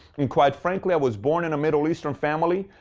and quite frankly, i was born in a middle eastern family,